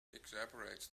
exacerbates